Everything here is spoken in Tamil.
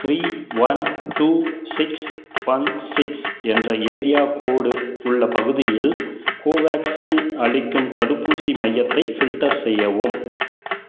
three one two six one six என்ற ஏரியா கோடு உள்ள பகுதியில் கோவேக்சின் அளிக்கும் தடுப்பூசி மையத்தை ஃபில்டர் செய்யவும்